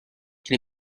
can